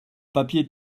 papier